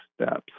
steps